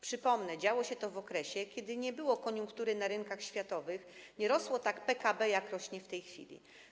Przypomnę: działo się to w okresie, kiedy nie było koniunktury na rynkach światowych, nie rosło PKB tak, jak rośnie w tej chwili.